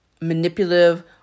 manipulative